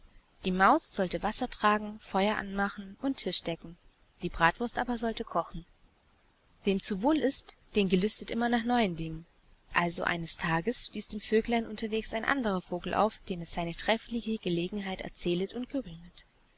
die maus sollte wasser tragen feuer anmachen und tisch decken die bratwurst aber sollte kochen wem zu wohl ist den gelüstert immer nach neuen dingen also eines tages stieß dem vöglein unterweges ein anderer vogel auf dem es seine treffliche gelegenheit erzählet und